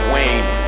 Wayne